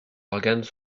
organes